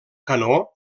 canó